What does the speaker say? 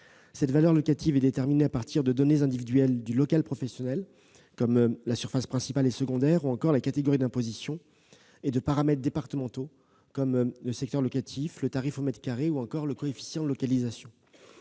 La valeur locative est déterminée à partir de données individuelles du local professionnel, comme la surface principale et secondaire ou encore la catégorie d'imposition, et de paramètres départementaux, comme le secteur locatif, le tarif au mètre carré ou encore le coefficient de localisation.